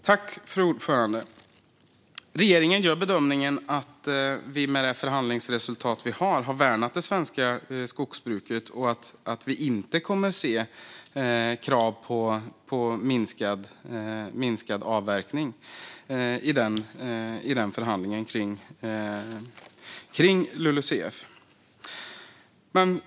Fru talman! Regeringen gör bedömningen att vi har värnat det svenska skogsbruket med det förhandlingsresultat vi har och att vi inte kommer att se krav på minskad avverkning i förhandlingen om LULUCF.